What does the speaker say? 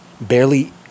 barely